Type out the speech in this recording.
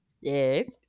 Yes